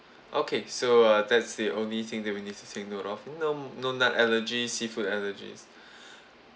okay so uh that's the only thing that we need to take note of no no nut allergy seafood allergies